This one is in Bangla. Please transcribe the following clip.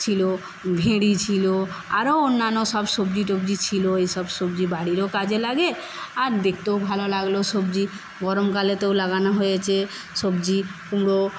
ছিল ভেড়ী ছিল আরও অন্যান্য সব সবজি টবজি ছিল এইসব সবজি বাড়িরও কাজে লাগে আর দেখতেও ভালো লাগলো সবজি গরমকালে তো লাগানো হয়েছে সবজি কুমড়ো